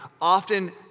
often